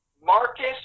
Marcus